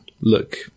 look